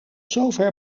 zover